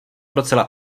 docela